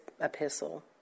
epistle